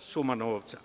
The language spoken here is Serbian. suma novca.